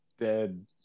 dead